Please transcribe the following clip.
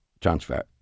transfer